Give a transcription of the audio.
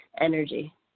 energy